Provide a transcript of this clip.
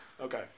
Okay